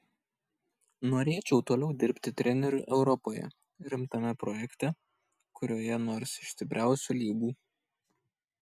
norėčiau toliau dirbti treneriu europoje rimtame projekte kurioje nors iš stipriausių lygų